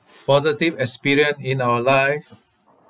positive experience in our life